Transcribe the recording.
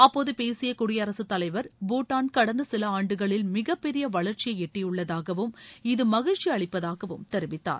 அப்போது பேசிப குடியரசுத்தரைலவர் பூடான் கடந்த சில ஆண்டுகளில் மிகப் பெரிய வளர்ச்சியை எட்டியுள்ளதாகவும் இது மகிழ்ச்சி அளிப்பதாகவும் தெரிவித்தார்